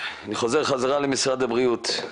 אני חוזר למשרד הבריאות.